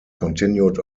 continued